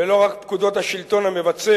ולא רק פקודות השלטון המבצע,